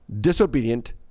disobedient